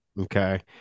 Okay